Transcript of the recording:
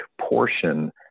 portion